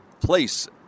place